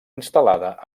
instal·lada